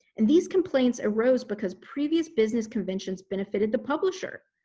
and these complaints arose because previous business conventions benefited the publisher.